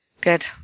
Good